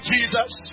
Jesus